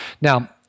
Now